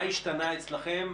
מה השתנה אצלכם?